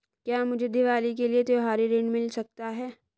क्या मुझे दीवाली के लिए त्यौहारी ऋण मिल सकता है?